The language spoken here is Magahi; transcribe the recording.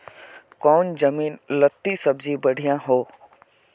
कौन जमीन लत्ती सब्जी बढ़िया हों?